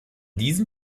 diesem